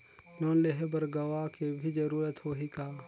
Loan लेहे बर गवाह के भी जरूरत होही का?